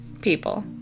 people